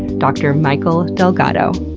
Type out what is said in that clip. dr. mikel delgado.